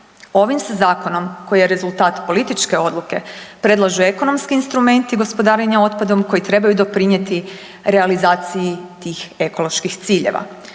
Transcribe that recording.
Ovim se zakonom koji je rezultat političke odluke predlažu ekonomski instrumenti gospodarenja otpadom koji trebaju doprinjeti realizaciji tih ekoloških ciljeva.